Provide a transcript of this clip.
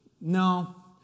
no